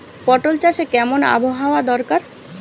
পটল চাষে কেমন আবহাওয়া দরকার?